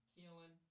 Keelan